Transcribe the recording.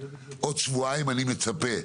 עוד שבועיים אני מצפה,